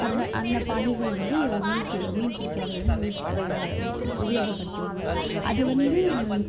அந்த அந்த பாடல்கள் வந்து மீன் மீன் பிடிக்கிறது வந்து யூஸ் உபயோகப்படுத்துவாங்க அது வந்து